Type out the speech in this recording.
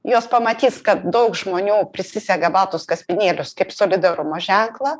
jos pamatys kad daug žmonių prisisega baltus kaspinėlius kaip solidarumo ženklą